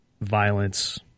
violence